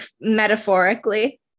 metaphorically